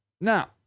Now